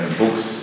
books